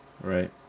Right